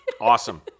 Awesome